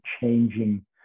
changing